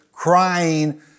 crying